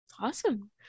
Awesome